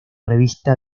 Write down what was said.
revista